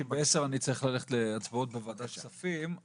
כי ב-10:00 אני צריך ללכת להצבעות בוועדת כספים.